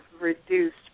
reduced